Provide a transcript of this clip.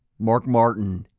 mark martin,